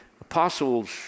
apostles